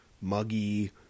muggy